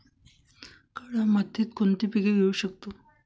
काळ्या मातीत कोणती पिके घेऊ शकतो?